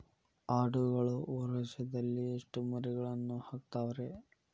ಆಡುಗಳು ವರುಷದಲ್ಲಿ ಎಷ್ಟು ಮರಿಗಳನ್ನು ಹಾಕ್ತಾವ ರೇ?